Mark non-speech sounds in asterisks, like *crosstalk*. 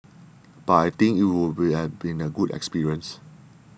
but I think it would *unintelligible* been a good experience